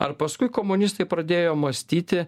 ar paskui komunistai pradėjo mąstyti